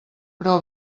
però